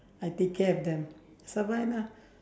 I take care of them survive ah